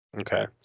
Okay